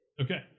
Okay